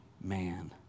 man